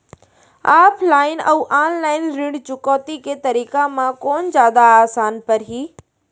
Offline अऊ online ऋण चुकौती के तरीका म कोन जादा आसान परही?